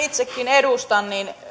itsekin edustan niin